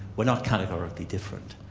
we're not categorically different.